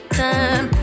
time